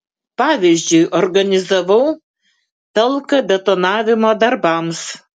pavyzdžiui organizavau talką betonavimo darbams